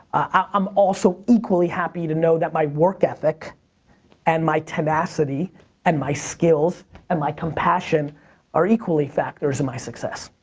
i'm also equally happy to know that my work ethic and my tenacity and my skills and my compassion are equally factors in my success.